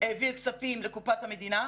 העביר כספים לקופת המדינה,